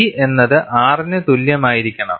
G എന്നത് R ന് തുല്യമായിരിക്കണം